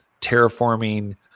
terraforming